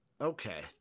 Okay